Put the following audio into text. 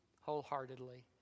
wholeheartedly